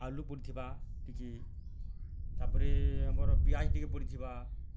ଆଲୁ ପଡ଼ିଥିବା କିଛି ତାପରେ ଆମର୍ ପିଆଜ୍ ଟିକେ ପଡ଼ିଥିବା